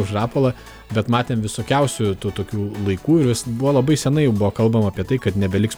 už rapolą bet matėm visokiausių to tokių laikų ir vis buvo labai senai jau buvo kalbama apie tai kad nebeliks